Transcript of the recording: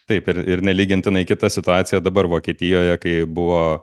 taip ir ir nelygintinai kita situacija dabar vokietijoje kai buvo